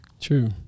True